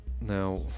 now